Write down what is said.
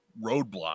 Roadblock